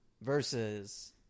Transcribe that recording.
versus